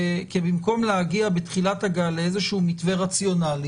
כי במקום להגיע בתחילת הגל לאיזשהו מתווה רציונלי,